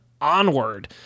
Onward